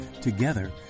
Together